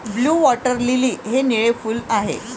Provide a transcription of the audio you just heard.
blue water lily हे निळे फूल आहे